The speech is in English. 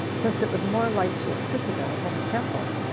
since it was more like to a citadel than a temple?